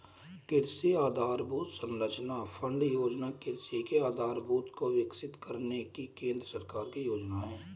कृषि आधरभूत संरचना फण्ड योजना कृषि के आधारभूत को विकसित करने की केंद्र सरकार की योजना है